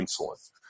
insulin